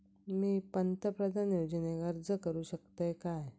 मी पंतप्रधान योजनेक अर्ज करू शकतय काय?